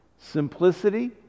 simplicity